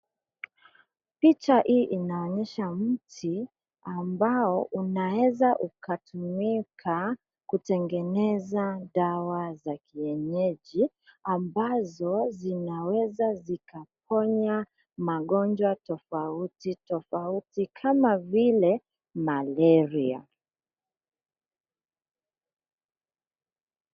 Picha hii inaonyesha mti ambao unaweza ukatumika kutengeneza dawa za kienyeji, ambazo zinaweza zikaponya magonjwa tofauti tofauti kama vile: malaria.